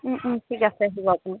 ঠিক আছে আহিব আপুনি